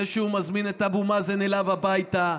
זה שהוא מזמין את אבו מאזן אליו הביתה,